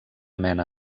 mena